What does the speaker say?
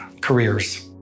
careers